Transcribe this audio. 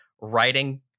writing